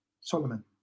Solomon